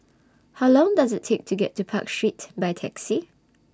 How Long Does IT Take to get to Park Street By Taxi